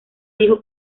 dijo